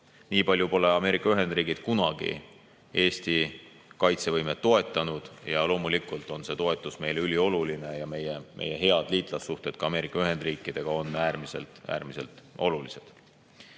Nii palju pole Ameerika Ühendriigid kunagi Eesti kaitsevõimet toetanud. Loomulikult on see toetus meile ülioluline ning ka meie head liitlassuhted Ameerika Ühendriikidega on äärmiselt olulised.